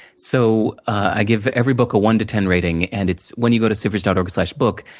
so, i give every book a one to ten rating, and it's, when you go to sivers dot org slash book,